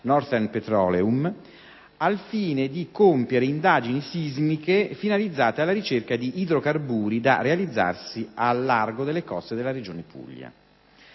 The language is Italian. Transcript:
"Northern Petroleum" al fine di compiere indagini sismiche finalizzate alla ricerca di idrocarburi da realizzarsi al largo delle coste della Regione Puglia.